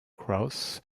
cross